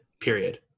period